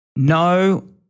No